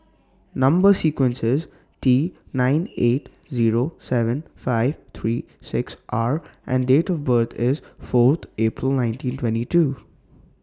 Number sequence IS T nine eight Zero seven five three six R and Date of birth IS Fourth April nineteen twenty two